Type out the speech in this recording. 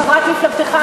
חברת מפלגתך,